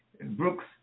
Brook's